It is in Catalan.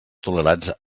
tolerats